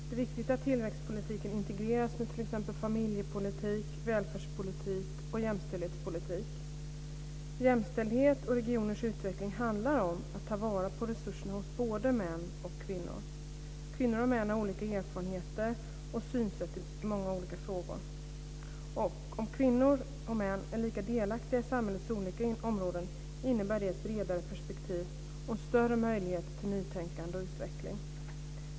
Det är viktigt att tillväxtpolitiken integreras med t.ex. familjepolitik, välfärdspolitik och jämställdhetspolitik. Jämställdhet och regioners utveckling handlar om att ta vara på resurserna hos både män och kvinnor. Kvinnor och män har olika erfarenheter och olika synsätt i många frågor. Om kvinnor och män är lika delaktiga i samhällslivets olika områden innebär det ett bredare perspektiv och större möjlighet till nytänkande och utveckling.